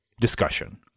discussion